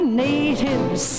natives